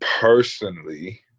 personally